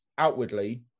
outwardly